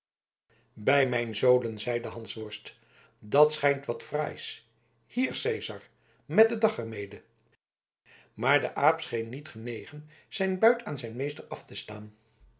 bij mijn zolen zeide de hansworst dat schijnt wat fraais hier cezar voor den dag er mede maar de aap scheen niet genegen zijn buit aan zijn meester af te staan